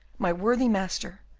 my worthy master!